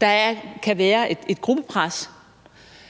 Der kan være et gruppepres,